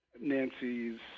nancy's